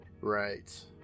Right